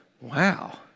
Wow